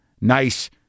Nice